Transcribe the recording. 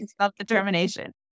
self-determination